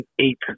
eight